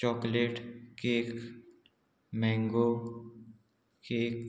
chocolate cake mango cake